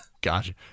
Gotcha